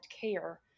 care